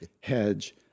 hedge